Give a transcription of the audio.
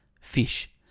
fish